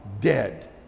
dead